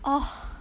oh